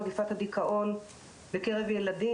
מגפת הדיכאון בקרב ילדים,